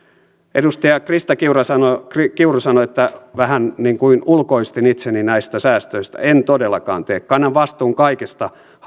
edustaja krista kiuru sanoi kiuru sanoi että vähän niin kuin ulkoistin itseni näistä säästöistä en todellakaan tee sitä kannan vastuun kaikista hallituksen